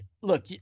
look